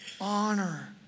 honor